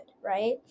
right